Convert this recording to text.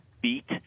beat